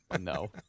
No